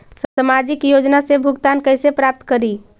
सामाजिक योजना से भुगतान कैसे प्राप्त करी?